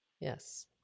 Yes